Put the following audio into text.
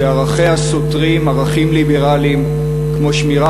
שערכיה סותרים ערכים ליברליים כמו שמירה